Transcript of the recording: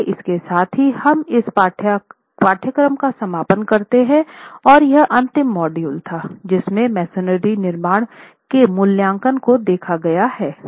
इसलिए इसके साथ ही हम इस पाठ्यक्रम का समापन करते हैं और यह अंतिम मॉड्यूल था जिसमें मसोनरी निर्माण के मूल्यांकन को देखा गया हैं